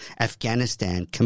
Afghanistan